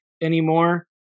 anymore